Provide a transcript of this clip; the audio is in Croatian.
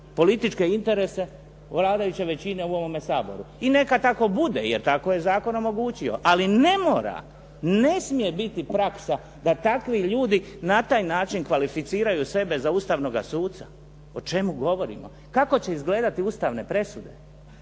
političke interese vladajuće većine u ovome Saboru i neka tako bude, jer tako je zakon omogućio. Ali ne mora, ne smije biti praksa da takvi ljudi na taj način kvalificiraju sebe za ustavnoga suca. O čemu govorimo? Kako će izgledati ustavne presude